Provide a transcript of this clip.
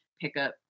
Pickup